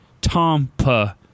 Tampa